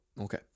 Okay